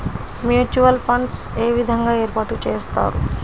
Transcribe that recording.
Mutual funds ఏ విధంగా ఏర్పాటు చేస్తారు?